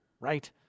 right